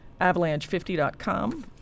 avalanche50.com